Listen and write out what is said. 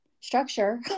structure